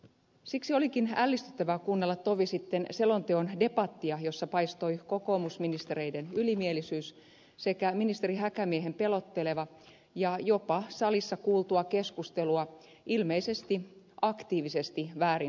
siksi olikin ällistyttävää kuunnella tovi sitten selonteon debattia jossa paistoi kokoomusministereiden ylimielisyys sekä ministeri häkämiehen pelotteleva ja jopa salissa kuultua keskustelua ilmeisesti aktiivisesti väärin ymmärtävä asenne